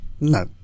No